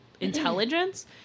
intelligence